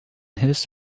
his